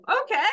okay